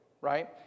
right